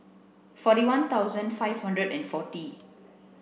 forty one thousand five hundred and forty